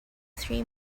three